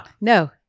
No